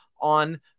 On